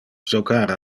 jocar